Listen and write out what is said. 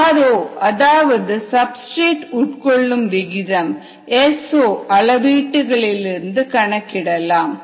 r0 அதாவது substrate உட்கொள்ளும் விகிதம் S0 அளவீட்டு களிலிருந்து கணக்கிடலாம்